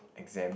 exam